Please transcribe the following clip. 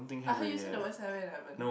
I heard you say the word seven eleven